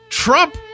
Trump